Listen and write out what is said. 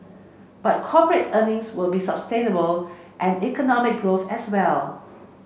but corporate earnings will be sustainable and economic growth as well